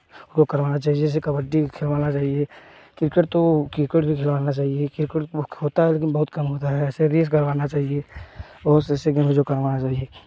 वह करवाना चाहिए जैसे कबड्डी खेलवाना चाहिए क्रिकेट तो क्रिकेट भी खेलवाना चाहिए क्रिकेट तो होता है लेकिन बहुत कम होता है ऐसे रेस करवाना चाहिए बहुत से ऐसे गेम हैं जो करवाना चाहिए